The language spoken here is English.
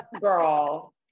girl